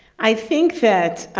i think that,